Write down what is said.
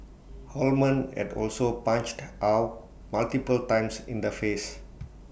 Holman had also punched Ow multiple times in the face